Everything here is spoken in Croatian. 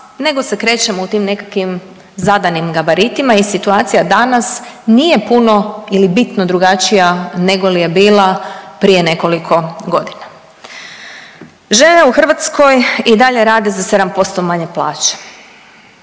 nego se krećemo u tim nekakvim zadanim gabaritima i situacija danas nije puno ili bitno drugačija negoli je bila prije nekoliko godina. Žene u Hrvatskoj i dalje rade za 7% manje plaće,